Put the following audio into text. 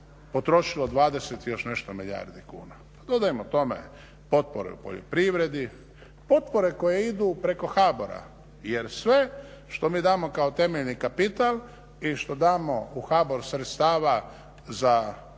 potrošilo 20 i još nešto milijardi kuna. Dodajmo tome potpore u poljoprivredi, potpore koje idu preko HABOR-a jer sve što mi damo kao temeljni kapital i što damo u HABOR sredstava za